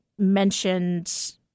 mentioned